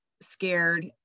scared